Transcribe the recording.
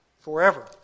forever